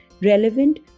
relevant